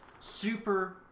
super